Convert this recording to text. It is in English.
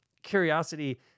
Curiosity